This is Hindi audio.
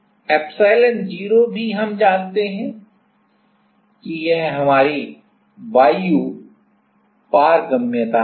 एप्सिलॉन0 भी हम जानते हैं कि यह हमारी वायु पारगम्यता है